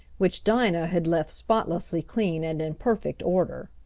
which dinah had left spotlessly clean and in perfect order.